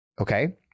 Okay